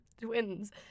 twins